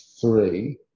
three